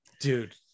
Dude